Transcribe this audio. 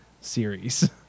series